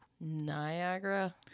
Niagara